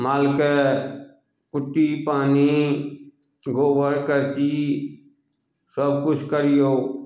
मालके कुट्टी पानि गोबर करसी सभ किछु करियौ